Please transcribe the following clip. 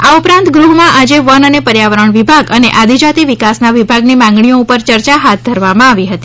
આ ઉપરાંત ગૃહમાં આજે વન અને પર્યાવરણ વિભાગ અને આદિજાતિ વિકાસના વિભાગની માંગણીઓ ઉપર ચર્ચા હાથ ધરવામાં આવી હતી